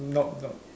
nope nope